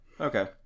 Okay